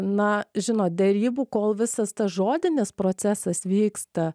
na žinot derybų kol visas tas žodinis procesas vyksta